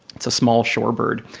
it's a small shore bird,